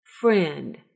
Friend